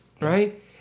right